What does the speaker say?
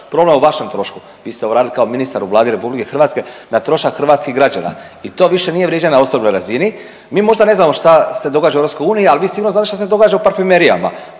problem o vašem trošku, vi ste ovo radili kao ministar u Vladi RH na trošak hrvatskih građana i to više nije vrijeđanje na osobnoj razini. Mi možda ne znamo šta se događa u EU, ali vi sigurno znate šta se događa u parfumerijama,